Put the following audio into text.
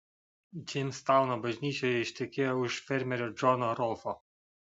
džeimstauno bažnyčioje ištekėjo už fermerio džono rolfo